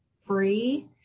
free